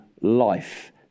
life